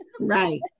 Right